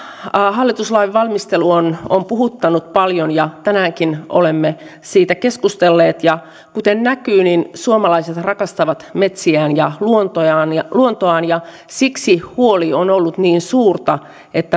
metsähallitus lain valmistelu on on puhuttanut paljon ja tänäänkin olemme siitä keskustelleet kuten näkyy suomalaiset rakastavat metsiään ja luontoaan ja luontoaan ja siksi huoli on ollut niin suurta